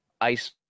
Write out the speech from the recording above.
ice